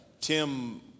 Tim